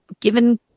given